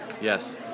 yes